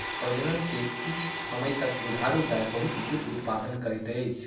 प्रजनन के किछ समय तक दुधारू गाय बहुत दूध उतपादन करैत अछि